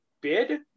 bid